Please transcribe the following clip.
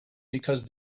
because